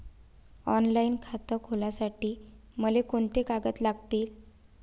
Online खातं खोलासाठी मले कोंते कागद लागतील?